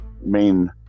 main